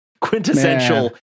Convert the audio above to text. Quintessential